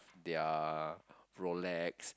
their Rolex